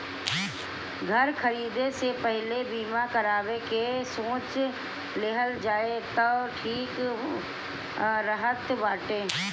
घर खरीदे से पहिले बीमा करावे के सोच लेहल जाए तअ ठीक रहत बाटे